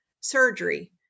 surgery